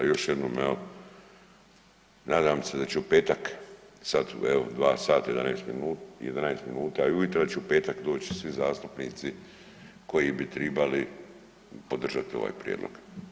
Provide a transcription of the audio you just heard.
Još jednom evo nadam se da će u petak sad evo 2 sata i 11 minuta i ujutra će u petak doći svi zastupnici koji bi tribali podržati ovaj prijedlog.